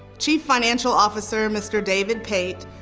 chief financial officer, mr. david pate,